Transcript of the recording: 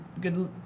good